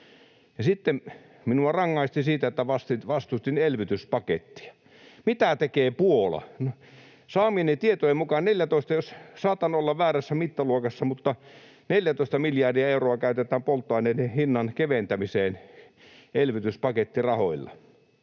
loppuun. Minua rangaistiin siitä, että vastustin elvytyspakettia. Mitä tekee Puola? Saamieni tietojen mukaan — saatan olla väärässä mittaluokassa — 14 miljardia euroa käytetään polttoaineiden hinnan keventämiseen elvytyspakettirahoilla.